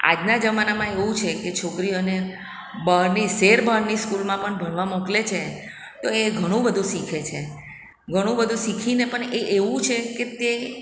આજના જમાનામાં એવું છે કે છોકરીઓને બહારની શહેર બહારની સ્કૂલમાં પણ ભણવા મોકલે છે તો એ ઘણું બધું શીખે છે ઘણું બધું શીખીને પણ એ એવું છે કે તે